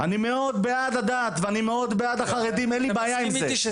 אני בעד הדת והחרדים מאוד, אין לי בעיה עם זה.